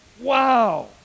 Wow